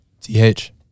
TH